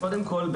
קודם כול,